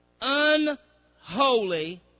unholy